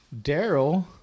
Daryl